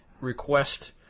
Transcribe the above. request